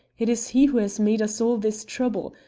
it is he who has made us all this trouble.